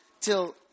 till